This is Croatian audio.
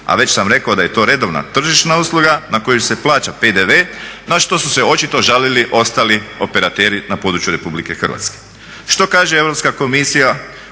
a već sam rekao da je to redovna tržišna usluga na koju se plaća PDV na što su se očito žalili ostali operateri na području Republike Hrvatske. Što kaže Europska komisija,